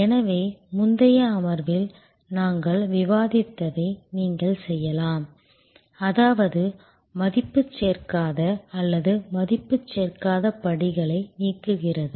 எனவே முந்தைய அமர்வில் நாங்கள் விவாதித்ததை நீங்கள் செய்யலாம் அதாவது மதிப்பு சேர்க்காத அல்லது மதிப்பு சேர்க்காத படிகளை நீக்குகிறது